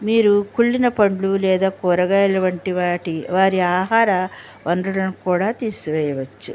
మీరు కుళ్ళిన పండ్లు లేదా కూరగాయల వంటి వాటి వారి ఆహార వనరులను కూడా తీసివేయవచ్చు